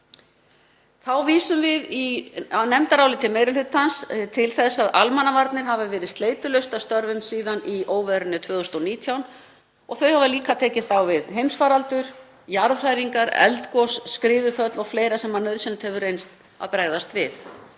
Þá vísum við í nefndaráliti meiri hlutans til þess að almannavarnir hafa verið sleitulaust að störfum síðan í óveðrinu 2019 og þau hafa líka tekist á við heimsfaraldur, jarðhræringar, eldgos, skriðuföll og fleira sem nauðsynlegt hefur reynst að bregðast við.